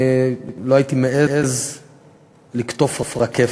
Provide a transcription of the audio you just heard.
אני לא הייתי מעז לקטוף רקפת.